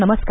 नमस्कार